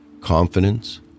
confidence